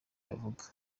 bavuga